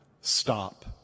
stop